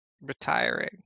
retiring